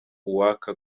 uwaka